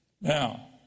Now